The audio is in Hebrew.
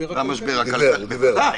המשבר הכלכלי ודאי.